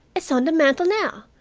it's on the mantel now.